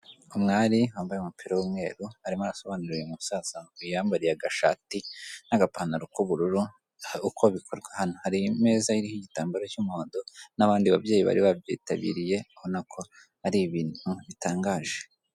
Umwari wambaye umupira w'umweru, arimo arasobanurira uyu musaza wiyambariye agashati n'agapantaro k'ubururu, uko bikorwa hano hari imeza iriho igitambaro cy'umuhondo n'abandi babyeyi bari babyitabiriye, ubona ko ari ibintu bitangaje.